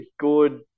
good